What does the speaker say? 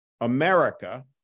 America